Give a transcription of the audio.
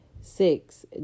Six